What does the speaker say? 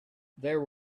there